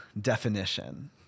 definition